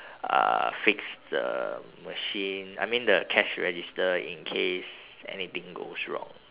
uh fix the machine I mean the cash register in case anything goes wrong